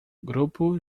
grupo